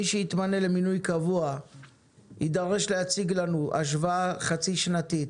מי שיתמנה למינוי קבוע יידרש להציג לנו השוואה חצי-שנתית,